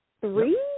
Three